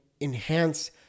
enhance